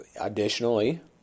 Additionally